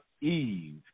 Eve